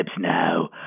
now